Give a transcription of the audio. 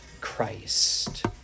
Christ